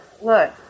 look